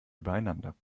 übereinander